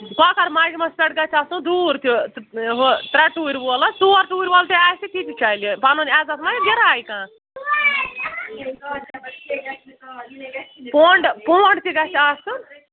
کۄکَر مَجمَس پٮ۪ٹھ گژھِ آسُن دوٗر تہِ ہُہ ترٛےٚ ٹوٗرۍ وول حظ ژور ٹوٗرۍ وول تہِ آسہِ تتہِ چَلہِ پَنُن عزت ما گِراے کانٛہہ پونٛڈ پونٛڈ تہِ گژھِ آسُن